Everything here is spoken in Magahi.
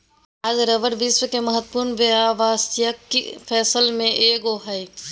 आज रबर विश्व के महत्वपूर्ण व्यावसायिक फसल में एगो हइ